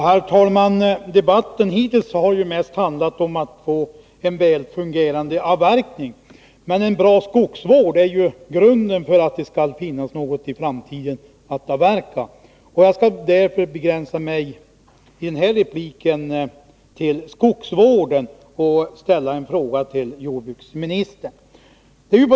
Herr talman! Debatten hittills har mest handlat om att få en väl fungerande avverkning. Men en bra skogsvård är grunden för att det skall finnas något att avverka i framtiden. Jag skall därför i denna replik begränsa mig till skogsvården och ställa en fråga till jordbruksministern.